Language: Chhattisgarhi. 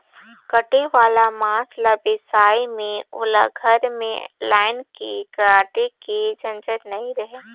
कटे वाला मांस ल बेसाए में ओला घर में लायन के काटे के झंझट नइ रहें